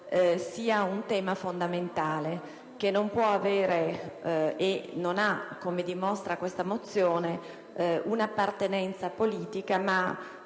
sia un tema fondamentale che non può avere e non ha - come dimostra questa mozione - un'appartenenza politica ma